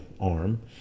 arm